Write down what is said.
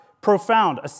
profound